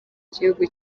gihugu